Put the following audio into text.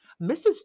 Mrs